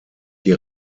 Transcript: die